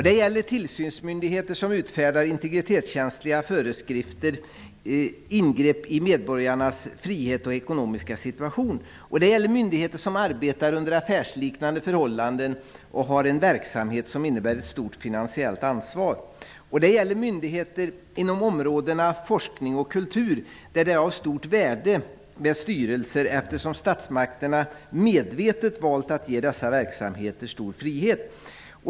Det gäller tillsynsmyndigheter som utfärdar integritetskänsliga föreskrifter, ingrepp i medborgarnas frihet och ekonomiska situation. -- Det gäller myndigheter som arbetar under affärsliknande förhållanden och har en verksamhet som innebär ett stort finansiellt ansvar. -- Det gäller myndigheter inom områdena forskning och kultur, där det är av stort värde med styrelser, eftersom statsmakterna medvetet valt att ge dessa verksamheter stor frihet.